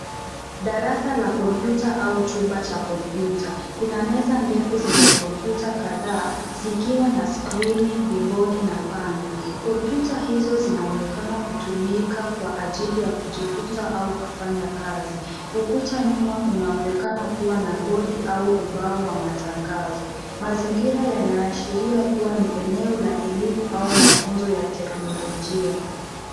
Darasa la kompyuta au chumba cha kompyuta, kuna meza ndefu zenye kompyuta kadhaa zikiwa na skrini vibodi na panya. Kompyuta hizo zinaonekana kutumika kwa ajili ya kujifunza au kufanya kazi. Ukuta nyuma unaonekana kuwa na bodi au ubao wa matangazo. Mazingira yanayoshiria kuwa ni eneo la elimu au mafunzo ya teknolojia.